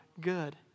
good